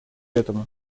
этому